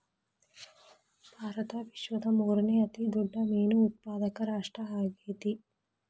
ಭಾರತ ವಿಶ್ವದ ಮೂರನೇ ಅತಿ ದೊಡ್ಡ ಮೇನು ಉತ್ಪಾದಕ ರಾಷ್ಟ್ರ ಆಗೈತ್ರಿ